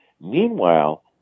Meanwhile